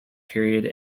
period